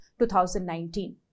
2019